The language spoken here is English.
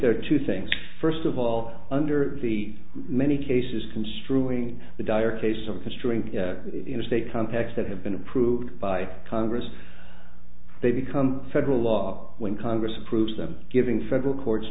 there are two things first of all under the many cases construing the dire case of construing interstate contacts that have been approved by congress they become federal law when congress approves them giving federal courts